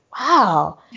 wow